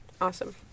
Awesome